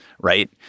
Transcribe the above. Right